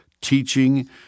teaching